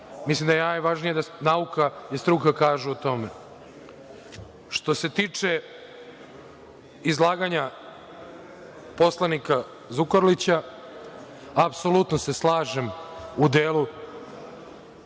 Mislim da je najvažnije da nauka i struka kažu o tome. Što se tiče izlaganja poslanika Zukorlića, apsolutno se slažem u delu